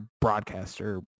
broadcaster